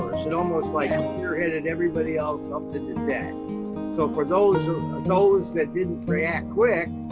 almost like if you're in it, everybody else opted the so for those you know those that didn't react quick,